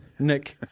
Nick